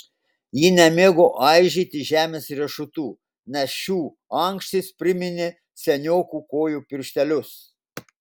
ji nemėgo aižyti žemės riešutų nes šių ankštys priminė seniokų kojų pirštelius